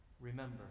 remember